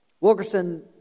Wilkerson